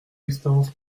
existence